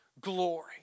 glory